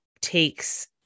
takes